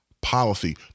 policy